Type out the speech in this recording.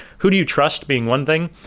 who do you trust being one thing?